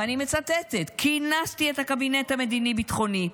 ואני מצטטת: "כינסתי את הקבינט המדיני-ביטחוני.